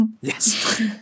yes